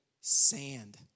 Sand